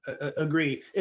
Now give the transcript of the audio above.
agree